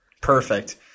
Perfect